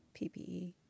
PPE